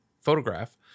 photograph